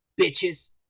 bitches